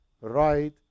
right